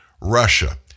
Russia